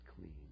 clean